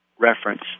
reference